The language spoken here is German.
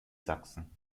sachsen